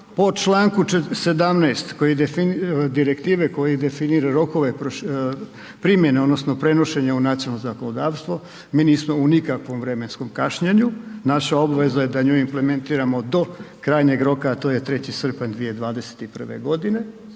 Po čl. 17. direktive koji definira rokove primjene odnosno prenošenje u nacionalno zakonodavstvo, mi nismo u nikakvom vremenskom kašnjenju, naša obveza je da nju implementiramo do krajnjeg roka a to je 3. srpanj 2021. g.,